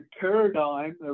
paradigm